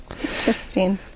Interesting